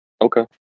Okay